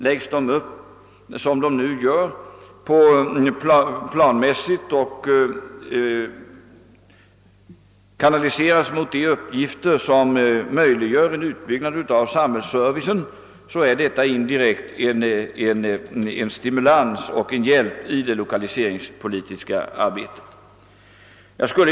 Med den uppläggning de nu har — planmässigt genomförda och kanaliserade mot uppgifter som möjliggör en utbyggnad av samhällets servicg — innebär de indirekt en stimulans och en hjälp i den lokaliseringspolitiska verksamheten.